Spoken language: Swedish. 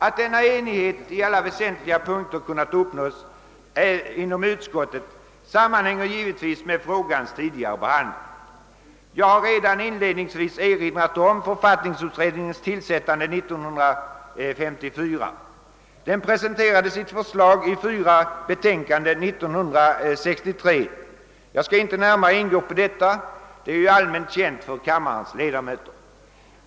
Att denna enighet på alla väsentliga punkter kunnat uppnås inom utskottet sammanhänger givetvis med frågans tidigare behandling. Jag har redan inledningsvis erinrat om författningsutredningens tillsättande år 1954. Utredningen presenterade sitt förslag i fyra betänkanden 1963. Jag skall inte närmare gå in på dessa betänkanden; de är allmänt kända för kammarens ledamöter.